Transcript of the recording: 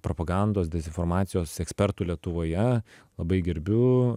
propagandos dezinformacijos ekspertų lietuvoje labai gerbiu